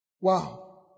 wow